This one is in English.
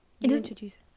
introduce